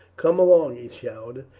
come along, he shouted,